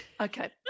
Okay